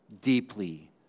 Deeply